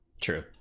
true